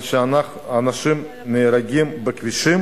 אבל כשאנשים נהרגים בכבישים,